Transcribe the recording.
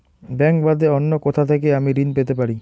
Bank বাদে অন্য কোথা থেকে আমি ঋন পেতে পারি?